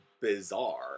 bizarre